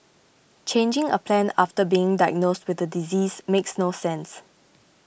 changing a plan after being diagnosed with the disease makes no sense